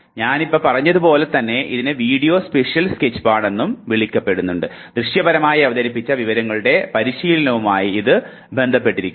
ഞാൻ പറഞ്ഞത് പോലെ ഇതിനെ വിസിയോ സ്പേഷ്യൽ സ്കെച്ച്പാഡ് എന്നും വിളിക്കപ്പെടുന്നു ദൃശ്യപരമായി അവതരിപ്പിച്ച വിവരങ്ങളുടെ പരിശീലനവുമായി ഇത് ബന്ധപ്പെട്ടിരിക്കുന്നു